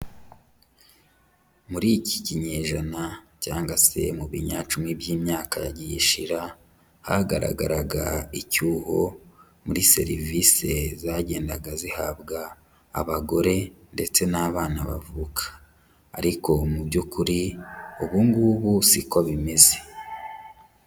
Muri iki kinyejana, cyangwa se mu binyacumi by'imyaka yagiye ishira, hagaragaraga icyuho, muri serivise zagendaga zihabwa abagore, ndetse n'abana bavuka. Ariko mu byukuri, ubu ngubu siko bimeze.